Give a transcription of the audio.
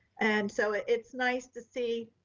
and so it's nice to see,